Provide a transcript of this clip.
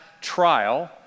trial